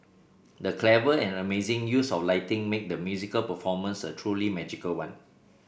the clever and amazing use of lighting made the musical performance a truly magical one